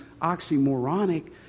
oxymoronic